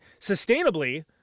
sustainably